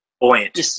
buoyant